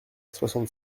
soixante